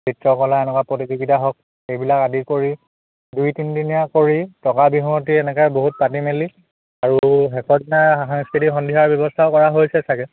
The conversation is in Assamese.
চিত্ৰকলা এনেকুৱা প্ৰতিযোগিতা হওক সেইবিলাক আদি কৰি দুই তিনিদিনীয়া কৰি থকা বিহুৱতী এনেকৈ বহুত পাতি মেলি আৰু শেষৰ দিনা সাংস্কৃতিক সন্ধিয়াৰ ব্যৱস্থাও কৰা হৈছে চাগে